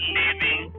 living